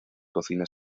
cocina